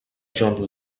john